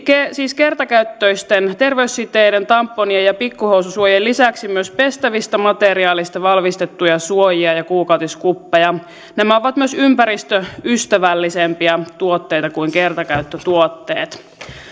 siis kertakäyttöisten terveyssiteiden tamponien ja pikkuhousunsuojien lisäksi myös pestävistä materiaaleista valmistettuja suojia ja kuukautiskuppeja nämä ovat myös ympäristöystävällisempiä tuotteita kuin kertakäyttötuotteet